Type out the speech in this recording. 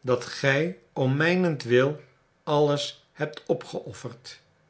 dat gij om mijnentwil alles hebt opgeofferd